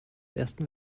ersten